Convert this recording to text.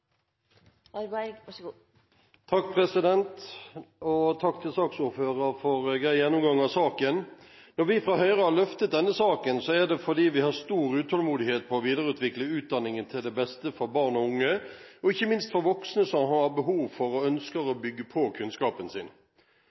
Takk til saksordføreren for en grei gjennomgang av saken. Når vi fra Høyre har løftet denne saken, er det fordi vi har stor utålmodighet når det gjelder å videreutvikle utdanningen til beste for barn og unge, og ikke minst for voksne som har behov for, og ønsker, å bygge på kunnskapen sin.